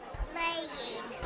playing